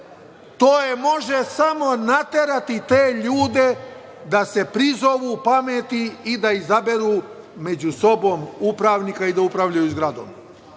to samo može naterati te ljude da se prizovu pameti i da izaberu među sobom upravnika i da upravljaju zgradom. Hteo